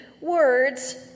words